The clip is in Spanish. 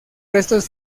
restos